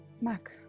Mac